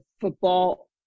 football